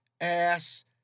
ass